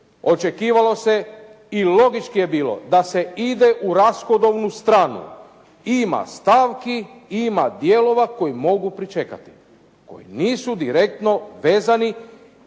očekivalo se i logički je bilo da se ide u rashodovnu stranu. Ima stavki, ima dijelova koji mogu pričekati, koji nisu direktno vezani